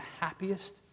happiest